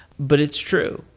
but it's true.